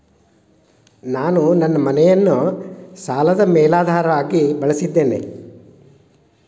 ನಾನು ನನ್ನ ಮನೆಯನ್ನು ಸಾಲದ ಮೇಲಾಧಾರವಾಗಿ ಬಳಸಿದ್ದೇನೆ